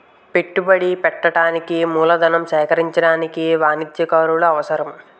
పెట్టుబడి పెట్టడానికి మూలధనం సేకరించడానికి వాణిజ్యకారులు అవసరం